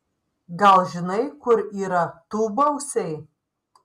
gal žinai kur yra tūbausiai